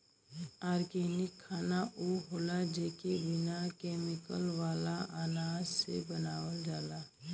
organic खाना उ होला जेके बिना केमिकल वाला अनाज से बनावल जाला